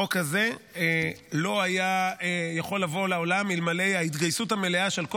החוק הזה לא היה יכול לבוא לעולם אלמלא ההתגייסות המלאה של כל